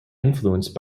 influenced